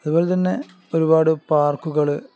അതുപോലെ തന്നെ ഒരുപാട് പാർക്കുകള്